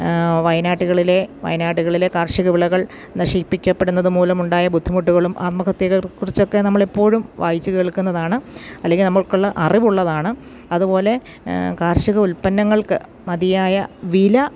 വയനാട്ടിലെ കാർഷികവിളകൾ നശിപ്പിക്കപ്പെടുന്നത് മൂലമുണ്ടായ ബുദ്ധിമുട്ടുകളും ആത്മഹഹൃകളെക്കുറിച്ചൊക്കെ നമ്മളെപ്പോഴും വായിച്ച് കേൾക്കുന്നതാണ് അല്ലെങ്കിൽ നമുക്ക് അറിവുള്ളതാണ് അതുപോലെ കാർഷികോൽപ്പന്നങ്ങൾക്ക് മതിയായ വില